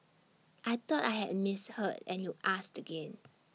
I thought I had misheard and you asked again